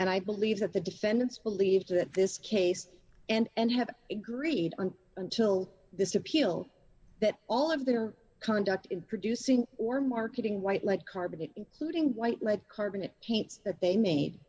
and i believe that the defendants believed that this case and have agreed on until this appeal that all of their conduct in producing or marketing white like carbon including white like carbon it paints that they made